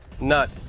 nut